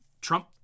Trump